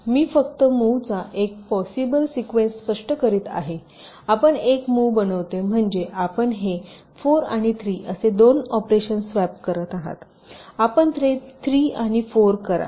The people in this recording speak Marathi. तरमी फक्त मूव्ह चा एक पॉसिबल सिक्वेन्स स्पष्ट करीत आहे आपण एक मूव्ह बनविते म्हणजे आपण हे 4 आणि 3 असे दोन ऑपरेशन्स स्वॅप करत आहात आपण ते 3 आणि 4 करा